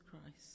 Christ